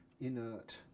inert